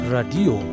Radio